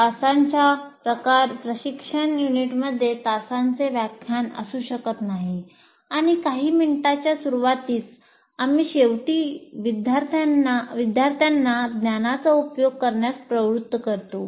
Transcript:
तासांच्या प्रशिक्षण युनिटमध्ये तासांचे व्याख्यान असू शकत नाही आणि काही मिनिटांच्या सुरूवातीस आणि शेवटी विद्यार्थ्यांना ज्ञानाचा उपयोग करण्यास प्रवृत्त करतो